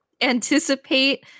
anticipate